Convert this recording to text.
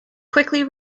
quickly